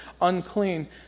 unclean